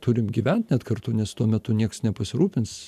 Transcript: turim gyvent net kartu nes tuo metu nieks nepasirūpins